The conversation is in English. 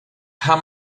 how